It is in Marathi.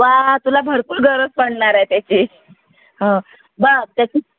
वा तुला भरपूर गरज पडणार आहे त्याची ह बघ त्याची